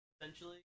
essentially